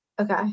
Okay